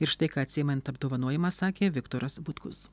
ir štai ką atsiimant apdovanojimą sakė viktoras butkus